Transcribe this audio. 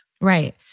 Right